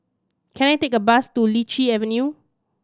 can I take a bus to Lichi Avenue